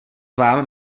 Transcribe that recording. vám